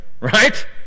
Right